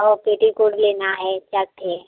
और पेटीकोट लेना है